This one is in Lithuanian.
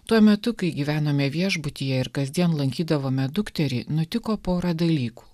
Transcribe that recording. tuo metu kai gyvenome viešbutyje ir kasdien lankydavome dukterį nutiko pora dalykų